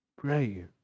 Pray